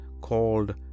called